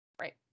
Right